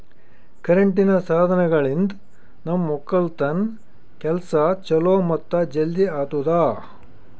ಕರೆಂಟಿನ್ ಸಾಧನಗಳಿಂದ್ ನಮ್ ಒಕ್ಕಲತನ್ ಕೆಲಸಾ ಛಲೋ ಮತ್ತ ಜಲ್ದಿ ಆತುದಾ